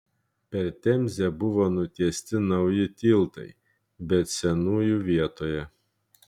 per temzę buvo nutiesti nauji tiltai bet senųjų vietoje